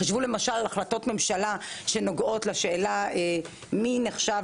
חשבו למשל החלטות ממשלה שנוגעות לשאלה מי נחשב